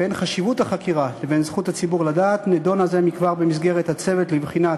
בין חשיבות החקירה לבין זכות הציבור לדעת נדונה זה מכבר בצוות לבחינת